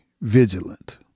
vigilant